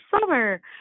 summer